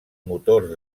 motors